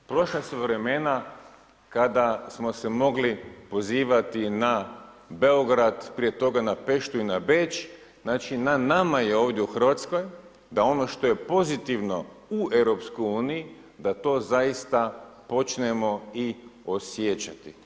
Prošla su vremena kada smo se mogli pozivati na Beograd, prije toga na Peštu i na Beč, znači na nama je ovdje u Hrvatskoj da ono što je pozitivno u EU, da to zaista počnemo i osjećati.